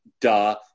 duh